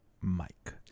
mike